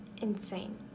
insane